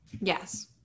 Yes